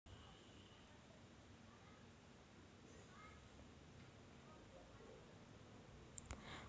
home insurance मध्ये hospital coverage आणि nursing home insurance देखील समाविष्ट आहे